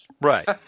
Right